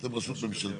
אתם רשות ממשלתית.